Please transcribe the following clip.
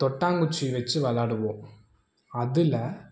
தொட்டாங்குச்சி வச்சு விளையாடுவோம் அதில்